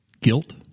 Guilt